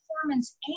performance